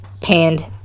panned